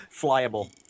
flyable